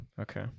Okay